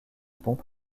pompes